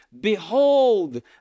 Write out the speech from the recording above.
Behold